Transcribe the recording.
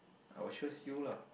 I will choose you lah